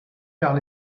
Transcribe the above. car